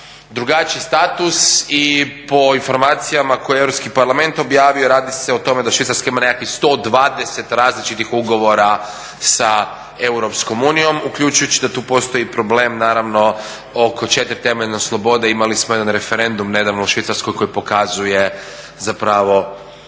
drugačiji status i po informacijama koje je Europski parlament objavio, radi se o tome da Švicarska ima nekakvih 120 različitih ugovora sa EU, uključujući da tu postoji problem naravno oko 4 temelja slobode, imali smo jedan referendum nedavno u Švicarskoj koji pokazuje zapravo